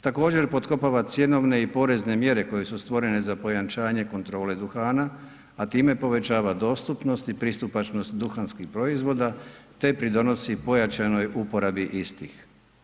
Također potkopava cjenovne i porezne mjere koje su stvorene za pojačanje kontrole duhana a time povećava dostupnost pristupačnost duhanskim proizvoda te pridonosi pojačanoj uporabi istih.